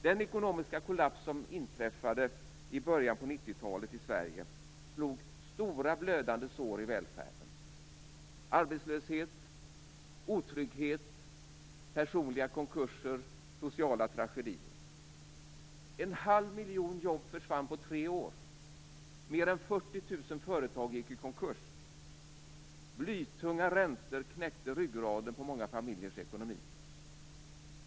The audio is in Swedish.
Den ekonomiska kollaps som inträffade i början på 90-talet i Sverige slog stora blödande sår i välfärden: arbetslöshet, otrygghet, personliga konkurser, sociala tragedier. En halv miljon jobb försvann på tre år. Mer än 40 000 företag gick i konkurs. Blytunga räntor knäckte ryggraden på många familjers ekonomi.